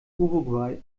uruguay